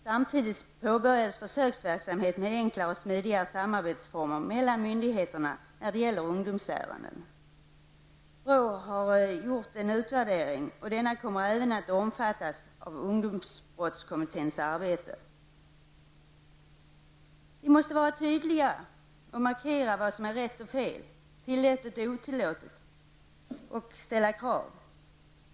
Samtidigt påbörjades en försöksverksamhet med enklare och smidigare samarbetsformer mellan myndigheterna när det gäller ungdomsärenden. BRÅ har gjort en utvärdering, och denna kommer även att omfattas av ungdomsbrottskommitténs arbete. Vi måste vara tydliga och markera vad som är rätt och fel, tillåtet och otillåtet, samt ställa krav.